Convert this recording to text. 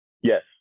Yes